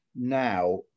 now